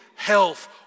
health